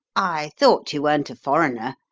i thought you weren't a foreigner,